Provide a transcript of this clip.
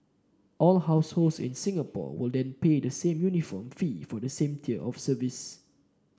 all households in Singapore will then pay the same uniform fee for the same tier of service